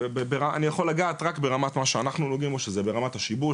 אני יכול לגעת רק ברמת מה שאנחנו נוגעים שזה ברמת השיבוש.